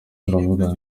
turavuga